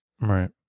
right